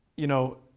you know.